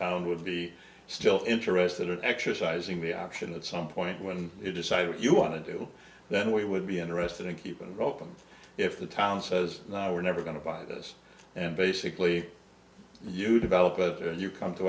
town would be still interested in exercising the option at some point when you decide you want to do then we would be interested in keeping broken if the town says we're never going to buy this and basically you develop a you come to